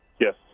Yes